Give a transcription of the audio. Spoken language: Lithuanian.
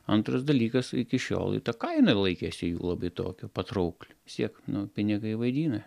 antras dalykas iki šiol i ta kaina laikėsi jų labai tokia patraukli vis tiek nu pinigai vaidina